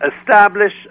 establish